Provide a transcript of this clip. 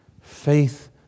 faith